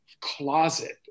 closet